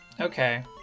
Okay